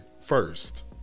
first